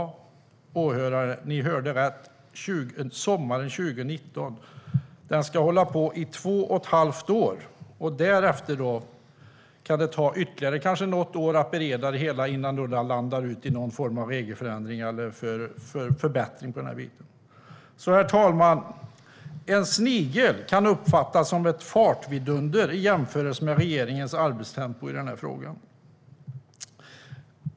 Ni hörde rätt, åhörare: sommaren 2019! Den ska hålla på i två och ett halvt år, och därefter kan det kanske ta ytterligare något år att bereda det hela innan det landar i någon form av regelförändring eller förbättring. Herr talman! En snigel kan uppfattas som ett fartvidunder i jämförelse med regeringens arbetstempo i frågan.